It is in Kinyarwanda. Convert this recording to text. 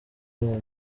uwo